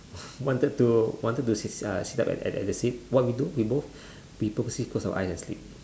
wanted to wanted to sit sit uh sit up at at that seat what we do we both purposely close our eyes and sleep